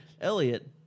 Elliot